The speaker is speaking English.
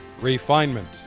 Refinement